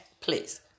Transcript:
please